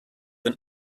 than